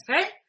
Okay